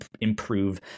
improve